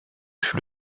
fut